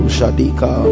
Shadika